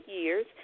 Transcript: years